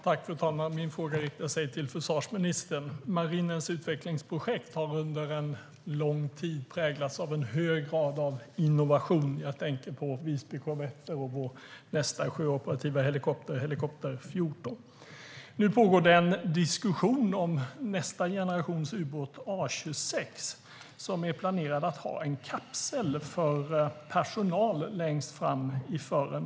Fru talman! Min fråga riktar sig till försvarsministern. Marinens utvecklingsprojekt har under en lång tid präglats av en hög grad av innovation. Jag tänker på Visbykorvetter och vår nästa sjöoperativa helikopter, Helikopter 14. Nu pågår det en diskussion om nästa generations ubåt, A26, som är planerad att ha en kapsel för personal längst fram i fören.